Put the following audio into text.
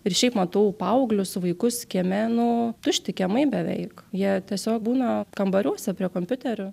ir šiaip matau paauglius vaikus kieme nu tušti kiemai beveik jie tiesiog būna kambariuose prie kompiuterio